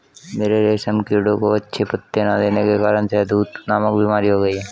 मेरे रेशम कीड़ों को अच्छे पत्ते ना देने के कारण शहदूत नामक बीमारी हो गई है